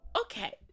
Okay